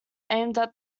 armed